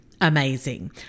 amazing